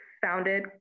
founded